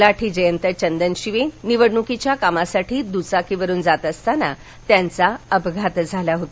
तलाठी जयंत चंदनशिवे निवडणुकीच्या कामासाठी द्चाकीवरुन जात असताना त्यांचा अपघात झाला होता